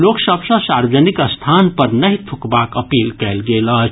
लोक सभ सँ सार्वजनिक स्थान पर नहि थूकबाक अपील कयल गेल अछि